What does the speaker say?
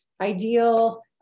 ideal